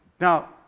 Now